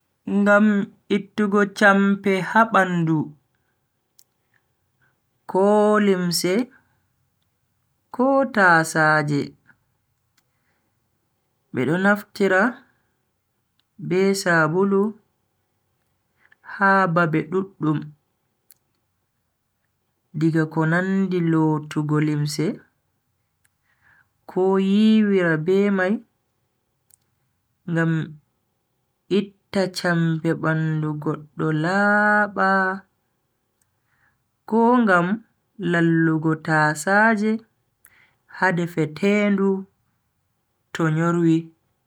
Ngam ittugo champe ha bandu, ko limse ko tasaaje. bedo naftira be sabulu ha babe duddum. diga ko nandi lotugo limse, ko yiwira be mai ngam itta champe bandu goddo laaba... ko ngam lallugo tasaaje ha defetendu to nyorwi.